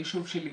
היישוב שלי.